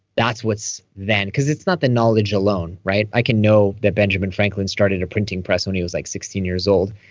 that's what's then because it's not the knowledge alone. right? i can know that benjamin franklin started a printing press when he was like sixteen years old.